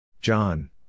John